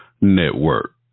Network